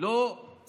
ביחד עם הכנסת.